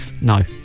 No